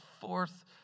fourth